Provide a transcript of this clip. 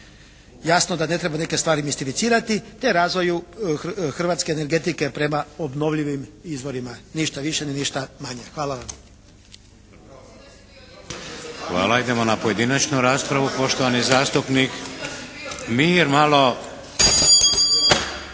jasno da ne treba neke stvari mistificirati te razvoju hrvatske energetike prema obnovljivim izvorima. Ništa više ni ništa manje. Hvala vam. **Šeks, Vladimir (HDZ)** Hvala. Idemo na pojedinačnu raspravu. Poštovani zastupnik ……